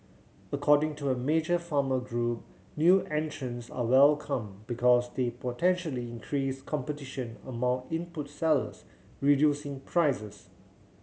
according to a major farmer group new entrants are welcome because they potentially increase competition among input sellers reducing prices